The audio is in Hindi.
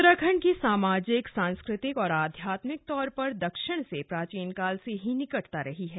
उत्तराखण्ड की सामाजिक सांस्कृतिक और आध्यात्मिक तौर पर दक्षिण से प्राचीनकाल से ही निकटता रही है